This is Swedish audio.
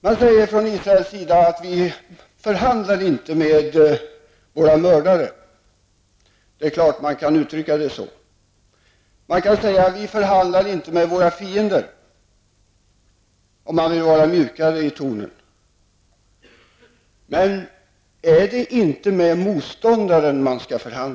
Man säger från Israels sida: Vi förhandlar inte med våra mördare. Det är klart att man kan uttrycka det så. Om man vill vara mjukare i tonen kan man säga: Vi förhandlar inte med våra fiender.